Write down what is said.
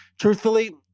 Truthfully